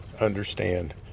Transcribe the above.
understand